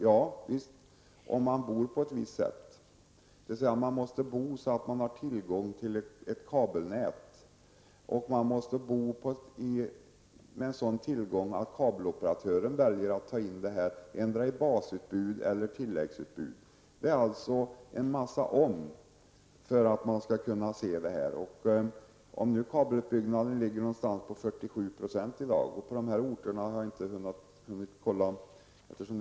Javisst, om de bor på ett visst sätt, dvs. man måste bo så att man har tillgång till ett kabelnät, och man måste bo i ett område där det finns en kabeloperatör som väljer att ta in de finska sändningarna endera i basutbudet eller i tilläggsutbudet. Det finns alltså en massa om för att man skall kunna se de finska sändningarna. Kabelutbyggnaden ligger någonstans på 47 % i dag. Jag har inte hunnit kontrollera de olika orterna.